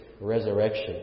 resurrection